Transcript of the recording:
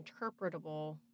interpretable